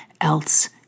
else